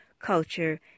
culture